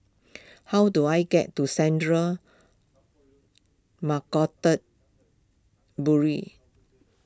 how do I get to Central Narcotics Bureau